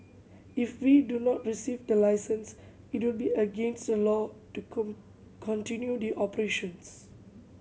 if we do not receive the license it would be against the law to continue the operations